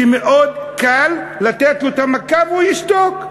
שמאוד קל לתת לו את המכה והוא ישתוק,